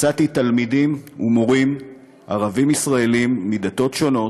מצאתי תלמידים ומורים ערבים ישראלים מדתות שונות,